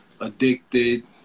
Addicted